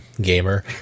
gamer